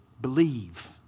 Believe